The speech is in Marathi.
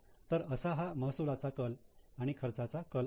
तर असा हा महसुलाचा कल आणि खर्चांचा कल आहे